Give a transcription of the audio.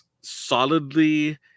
solidly